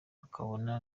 akabona